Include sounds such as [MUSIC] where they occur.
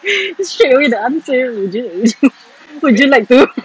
[LAUGHS] straightaway the answer legit [LAUGHS] would you like to